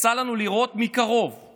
יצא לנו לראות מקרוב את